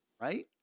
right